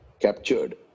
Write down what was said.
captured